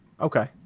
Okay